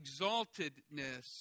exaltedness